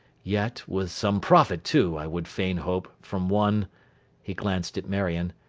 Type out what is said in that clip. yet with some profit too, i would fain hope, from one he glanced at marion,